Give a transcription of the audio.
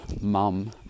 mum